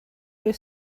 her